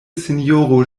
sinjoro